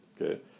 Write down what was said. okay